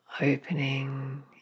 Opening